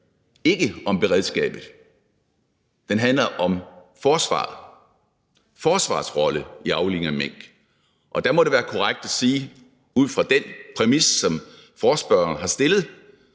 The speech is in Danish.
om beredskabet. Den handler om forsvaret, om forsvarets rolle i aflivningen af mink, og der må det være korrekt at sige, ud fra den præmis, som forespørgerne har stillet,